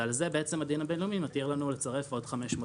ועל זה בעצם הדין הבין-לאומי מתיר לנו לצרף עוד 500 מטרים.